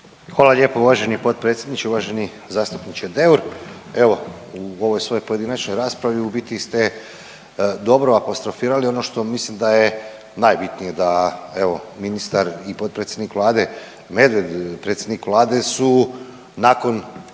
Hvala lijepo uvaženi potpredsjedniče, uvaženi zastupniče Deur. Evo, u ovoj svojoj pojedinačnoj raspravi u biti ste dobro apostrofirali ono što mislim da je najbitnije, da evo, ministar i potpredsjednik Vlade Medved, predsjednik Vlade su nakon